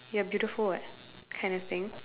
you are beautiful [what] kind of thing